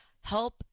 Help